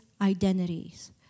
identities